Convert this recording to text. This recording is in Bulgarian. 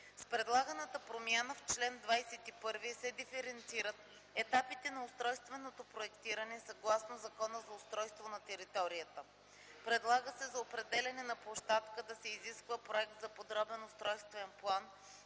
С предлаганата промяна в чл. 21 се диференцират етапите на устройственото проектиране съгласно Закона за устройство на територията. Предлага се за определяне на площадка да се изисква проект за подробен устройствен план,